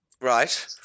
Right